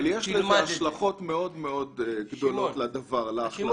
אבל יש השלכות מאוד גדולות להחלטה הזאת.